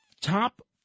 top